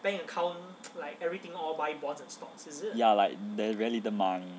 ya like very little money